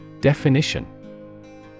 Definition